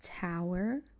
Tower